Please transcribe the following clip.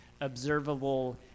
observable